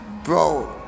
Bro